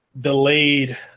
delayed